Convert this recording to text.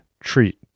treat